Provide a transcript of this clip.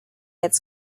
its